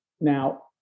Now